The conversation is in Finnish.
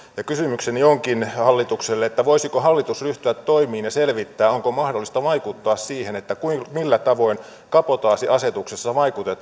ja kysymykseni onkin hallitukselle voisiko hallitus ryhtyä toimiin ja selvittää onko mahdollista vaikuttaa siihen millä tavoin kabotaasiasetuksessa